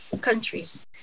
countries